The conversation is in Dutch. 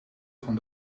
van